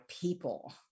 people